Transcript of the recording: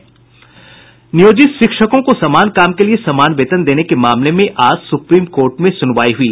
नियोजित शिक्षकों को समान काम के लिए समान वेतन देने के मामले में आज सुप्रीम कोर्ट में सुनवाई हुई